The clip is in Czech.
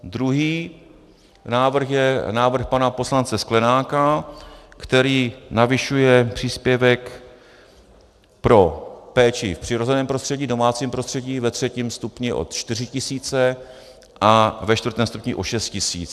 Druhý návrh je návrh pana poslance Sklenáka, který navyšuje příspěvek pro péči v přirozeném prostředí, domácím prostředí ve třetím stupni o 4 tisíce a ve čtvrtém stupni o 6 tisíc.